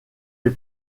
les